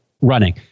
running